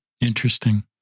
Interesting